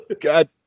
God